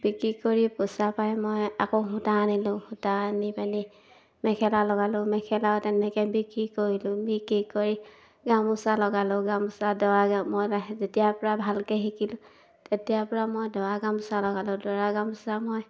বিক্ৰী কৰি পইচা পাই মই আকৌ সূতা আনিলোঁ সূতা আনি পিনি মেখেলা লগালোঁ মেখেলাও তেনেকৈ বিক্ৰী কৰিলোঁ বিক্ৰী কৰি গামোচা লগালোঁ গামোচা দৰা মই যেতিয়াৰ পৰা ভালকৈ শিকিলোঁ তেতিয়াৰ পৰা মই দৰা গামোচা লগালোঁ দৰা গামোচা মই